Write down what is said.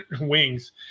wings